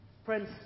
Friends